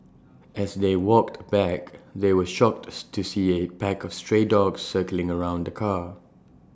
as they walked back they were shocked to see A pack of stray dogs circling around the car